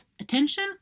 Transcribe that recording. attention